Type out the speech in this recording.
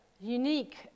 unique